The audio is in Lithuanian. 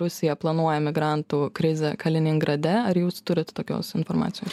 rusija planuoja migrantų krizę kaliningrade ar jūs turit tokios informacijos